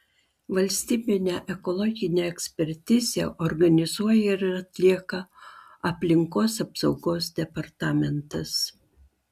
valstybinę ekologinę ekspertizę organizuoja ir atlieka aplinkos apsaugos departamentas